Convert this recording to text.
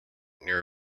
near